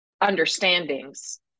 understandings